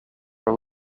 are